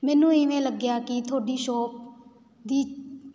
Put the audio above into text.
ਮੈਨੂੰ ਇਵੇਂ ਲੱਗਿਆ ਕਿ ਤੁਹਾਡੀ ਸ਼ੋਪ ਦੀ